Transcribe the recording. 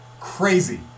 Crazy